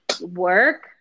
work